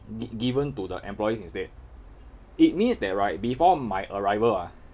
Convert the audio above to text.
given to the employees instead it means that right before my arrival ah